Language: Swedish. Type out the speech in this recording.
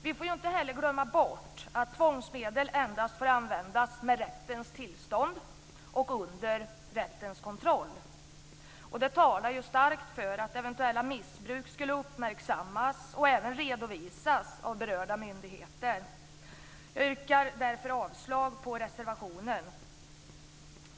Vi får inte heller glömma bort att tvångsmedel endast får användas med rättens tillstånd och under rättens kontroll. Det talar ju starkt för att eventuella missbruk skulle uppmärksammas och även redovisas av berörda myndigheter. Jag yrkar därför avslag på reservationen.